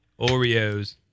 Oreos